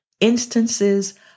instances